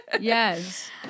Yes